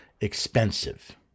expensive